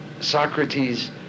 Socrates